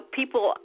people